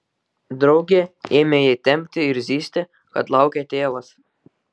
draugė ėmė ją tempti ir zyzti kad laukia tėvas